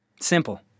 Simple